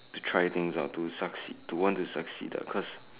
to try things out to succeed to want to succeed the cause